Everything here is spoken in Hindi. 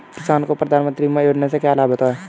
किसानों को प्रधानमंत्री बीमा योजना से क्या लाभ होगा?